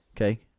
Okay